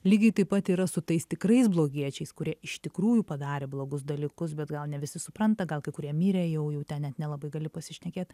lygiai taip pat yra su tais tikrais blogiečiais kurie iš tikrųjų padarė blogus dalykus bet gal ne visi supranta gal kai kurie mirė jau jau ten net nelabai gali pasišnekėt